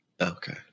Okay